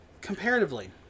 comparatively